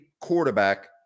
quarterback